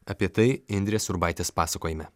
apie tai indrės urbaitės pasakojime